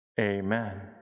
amen